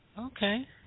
Okay